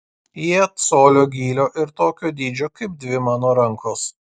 jie colio gylio ir tokio dydžio kaip dvi mano rankos